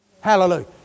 Hallelujah